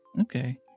okay